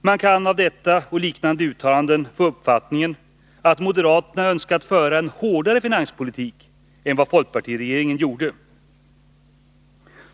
Man kan av detta och liknande uttalanden få uppfattningen att moderaterna önskat föra en hårdare finanspolitik än vad folkpartiregeringen gjorde.